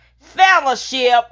fellowship